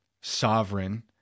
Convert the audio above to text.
sovereign